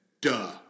duh